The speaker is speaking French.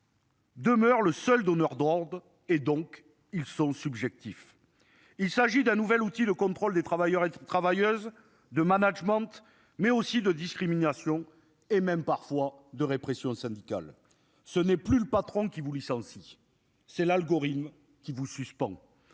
Demeure le seul donneur d'ordres et donc ils sont subjectifs. Il s'agit d'un nouvel outil de contrôle des travailleurs et travailleuses de management mais aussi de discrimination et même parfois de répression syndicale, ce n'est plus le patron qui vous licencie, c'est l'algorithme qui vous suspens.